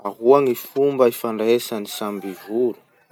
Ahoa gny fomba ifandraesagn'ny samby voro?